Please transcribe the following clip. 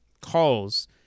calls